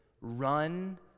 run